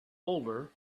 older